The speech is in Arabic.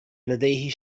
لديه